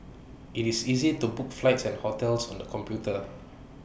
IT is easy to book flights and hotels on the computer